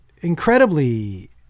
incredibly